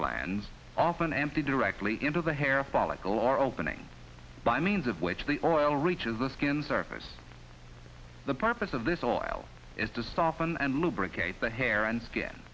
glands often empty directly into the hair follicle or opening by means of which the oil reaches the skin surface the purpose of this oil is to soften and lubricate the hair and skin